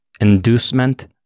inducement